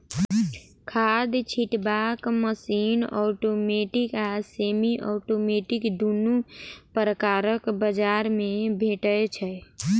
खाद छिटबाक machine automatic आ सेमी औटोमेटिक दुनू प्रकारक बजार मे भेटै छै